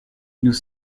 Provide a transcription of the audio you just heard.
nous